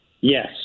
Yes